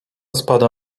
spada